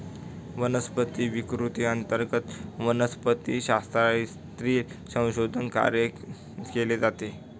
वनस्पती विकृती अंतर्गत वनस्पतिशास्त्रातील संशोधन कार्य केले जाते